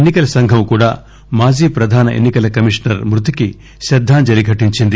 ఎన్ని కల సంఘం కూడా మాజీ ప్రధాన ఎన్ని కల కమిషనర్ మృతికి శ్రద్దాంజలి ఘటించింది